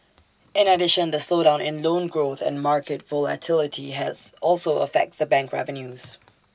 in addition the slowdown in loan growth and market volatility has also affect the bank revenues